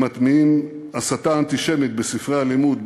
הם מטמיעים הסתה אנטישמית בספרי הלימוד,